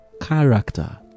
character